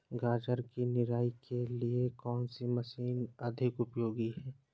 गाजर की निराई के लिए कौन सी मशीन अधिक उपयोगी है?